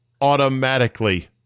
automatically